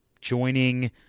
joining